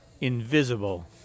Invisible